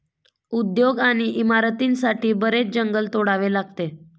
उद्योग आणि इमारतींसाठी बरेच जंगल तोडावे लागले